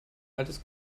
altes